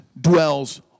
dwells